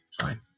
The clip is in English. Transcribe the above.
fine